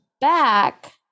back